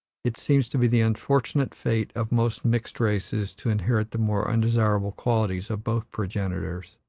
it seems to be the unfortunate fate of most mixed races to inherit the more undesirable qualities of both progenitors,